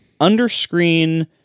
underscreen